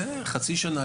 חצי שנה,